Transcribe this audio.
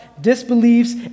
disbeliefs